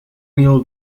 wheel